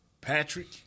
Patrick